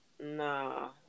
nah